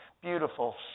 Beautiful